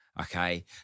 okay